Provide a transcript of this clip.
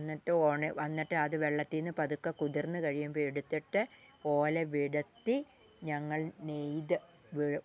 എന്നിട്ട് ഓണ് വന്നിട്ട് അത് വെള്ളത്തിൽ നിന്ന് പതുക്കെ കുതിർന്ന് കഴിയുമ്പോൾ എടുത്തിട്ട് ഓല വിടർത്തി ഞങ്ങൾ നെയ്ത് വി